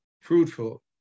fruitful